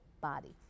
body